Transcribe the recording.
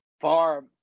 far